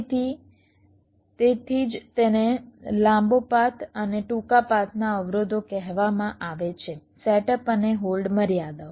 તેથી તેથી જ તેને લાંબો પાથ અને ટૂંકા પાથના અવરોધો કહેવામાં આવે છે સેટઅપ અને હોલ્ડ મર્યાદાઓ